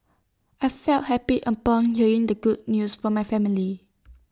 I felt happy upon hearing the good news from my family